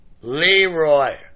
Leroy